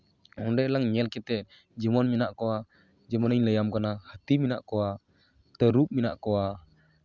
ᱚᱸᱰᱮ ᱞᱟᱝ ᱧᱮᱞ ᱠᱟᱛᱮᱫ ᱡᱮᱢᱚᱱ ᱢᱮᱱᱟᱜ ᱠᱚᱣᱟ ᱡᱮᱢᱚᱱ ᱤᱧ ᱞᱟᱹᱭᱟᱢ ᱠᱟᱱᱟ ᱦᱟᱹᱛᱤ ᱢᱮᱱᱟᱜ ᱠᱚᱣᱟ ᱛᱟᱹᱨᱩᱵ ᱢᱮᱱᱟᱜ ᱠᱚᱣᱟ